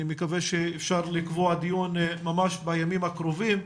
אני מקווה שאפשר לקבוע דיון ממש בימים הקרובים,